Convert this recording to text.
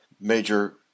Major